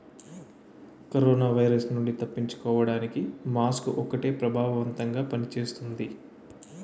corona virus నుండి తప్పించుకోడానికి mask ఒక్కటే ప్రభావవంతంగా పని చేస్తుంది